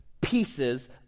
pieces